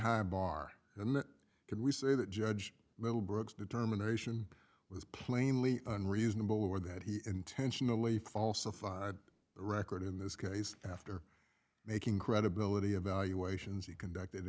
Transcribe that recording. high bar and could we say that judge middlebrooks determination was plainly unreasonable or that he intentionally falsified record in this case after making credibility evaluations you conducted